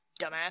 Dumbass